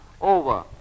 over